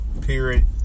period